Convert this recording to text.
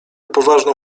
poważną